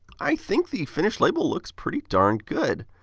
i think the finished label looks pretty darned good!